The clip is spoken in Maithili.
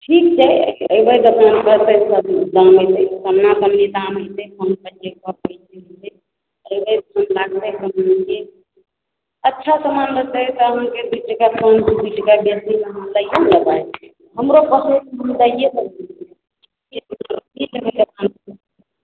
ठीक छै अयबै दोकानपर तऽ दाम लगतै सामना सामनी दाम हेतै अयबै ठीक लागतै अच्छा समान होतै तऽ अहाँके बीस टका कम कि बीस टका बेसी अहाँ लइए नऽ लबै हमरो